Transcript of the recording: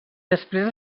després